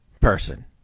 person